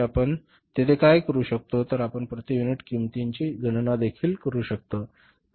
आपण तिथे काय करू शकतो तर आपण प्रति युनिट किंमतीची गणना देखील करू शकतो